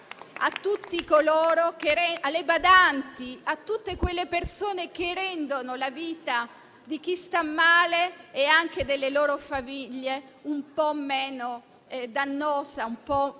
tutte quelle persone che rendono la vita di chi sta male e anche delle loro famiglie un po' meno difficile e